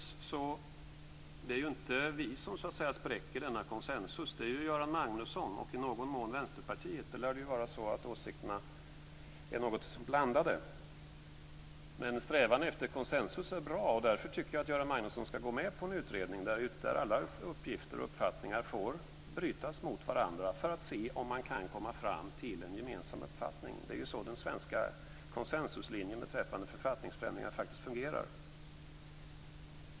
Det är inte vi som spräcker konsensus - det är Göran Magnusson och i någon mån Vänsterpartiet. Där lär ju åsikterna vara något blandade. Men strävan efter konsensus är bra, och därför tycker jag att Göran Magnusson ska gå med på en utredning, där alla uppgifter och uppfattningar får brytas mot varandra för att se om man kan komma fram till en gemensam uppfattning. Det är faktiskt så den svenska konsensuslinjen beträffande författningsförändringar fungerar.